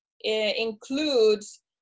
includes